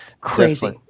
Crazy